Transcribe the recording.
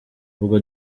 ubwo